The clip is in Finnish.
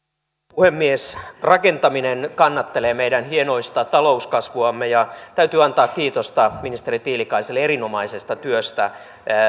puhemies rakentaminen kannattelee meidän hienoista talouskasvuamme ja täytyy antaa kiitosta ministeri tiilikaiselle erinomaisesta työstä